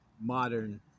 modern